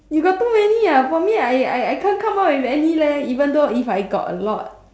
you got too many ah for me I I can't come up with any leh even though if I got a lot